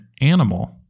animal